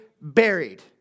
buried